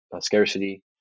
scarcity